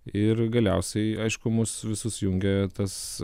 ir galiausiai aišku mus visus jungia tas